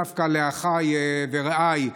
דווקא לאחיי ורעיי,